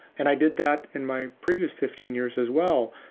and i did that in my previous fifteen years as well.